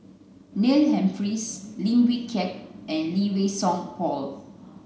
Neil Humphreys Lim Wee Kiak and Lee Wei Song Paul